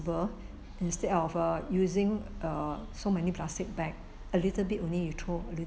instead of err using err so many plastic bag a little bit only you throw a little